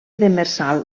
demersal